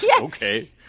okay